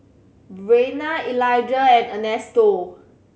Rayna Eligah and Ernesto